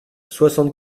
soixante